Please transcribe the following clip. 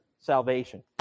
salvation